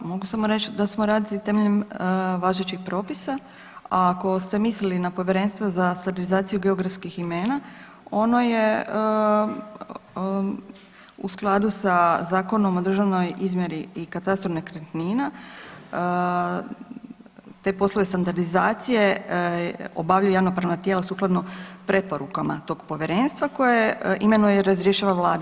Pa mogu samo reći da smo radili temeljem važećih propisa, a ako ste mislili na Povjerenstvo za standardizaciju geografskih imena, ono je u skladu sa Zakonom o državnoj izmjeri i katastru nekretnina te poslovi standardizacije obavljaju javnopravna tijela sukladno preporukama tog Povjerenstva koje imenuje i razrješava Vlada.